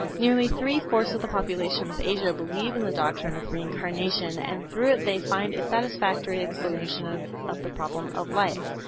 nearly three-fourths of the population of asia believe in the doctrine of reincarnation, and through it they find a satisfactory explanation of of the problem of life.